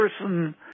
person